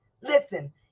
Listen